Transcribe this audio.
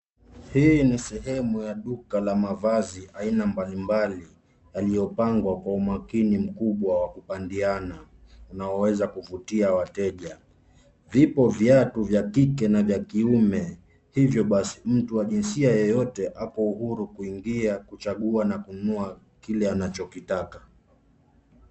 Hii ni sehemu ya duka la mavazi aina mbalimbali yaliyopangwa kwa umakini mkubwa wa kupandiana unaoweza kuvutia wateja. Vipo viatu vya kike na vya kiume hivyo basi mtu wa jinsia yeyote ako huru kuingia, kuchagua na kununua kile anachokitaka.